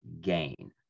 gain